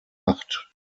macht